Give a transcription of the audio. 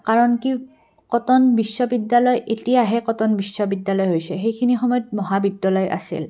কাৰণ কি কটন বিশ্ববিদ্যালয় এতিয়াহে কটন বিশ্ববিদ্যালয় হৈছে সেইখিনি সময়ত মহাবিদ্যালয় আছিল